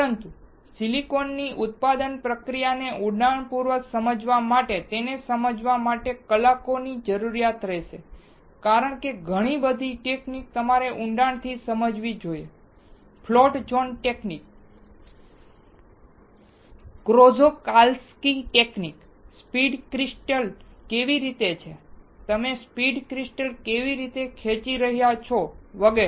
પરંતુ સિલિકોનની ઉત્પાદન પ્રક્રિયાને ઉંડાણપૂર્વક સમજવા માટે તેને સમજવા માટે કલાકોની જરૂરિયાત રહેશે કારણ કે ઘણી બધી ટેકનીક તમારે ઉંડાણથી સમજવી જોઈએ float zone technique Czochralski technique speed crystal કેવી રીતે છે તમે સ્પીડ ક્રિસ્ટલ કેવી રીતે ખેંચી રહ્યા છો વગેરે